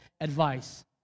advice